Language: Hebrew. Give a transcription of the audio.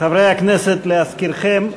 חברי הכנסת, להזכירכם,